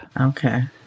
okay